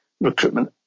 recruitment